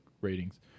ratings